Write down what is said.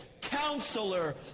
Counselor